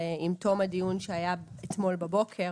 עם תום הדיון שהיה אתמול בבוקר